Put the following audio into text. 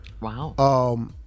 Wow